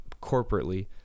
corporately